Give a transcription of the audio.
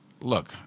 look